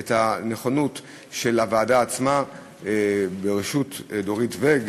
הנכונות של הוועדה עצמה בראשות דורית ואג